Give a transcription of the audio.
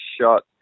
shot